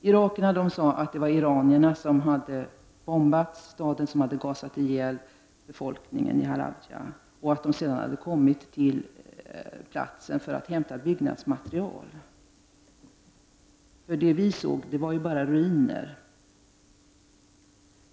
Irakierna sade att det var iranierna som hade bombat och gasat ihjäl befolkningen i Halabja och sedan kommit till platsen för att hämta byggnadsmaterial. Det vi såg var ju bara ruiner.